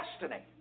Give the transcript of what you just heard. destiny